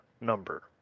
number